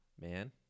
man